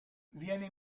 viene